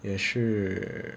也是